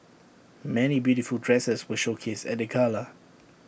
many beautiful dresses were showcased at the gala